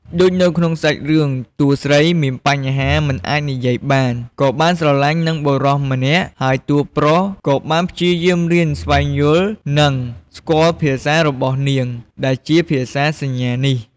ដូចនៅក្នុងសាច់រឿង តួស្រីមានបញ្ហាមិនអាចនិយាយបាន ក៏បានស្រលាញ់នឹងបុរសម្នាក់ហើយ តួរប្រុសក៏បានព្យាយាមរៀនស្វែងយល់និង ស្គាល់ភាសារបស់នាងដែលជាភាសាសញ្ញានេះ ។